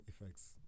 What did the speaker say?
effects